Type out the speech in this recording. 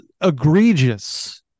egregious